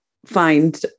Find